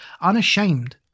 unashamed